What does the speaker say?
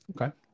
Okay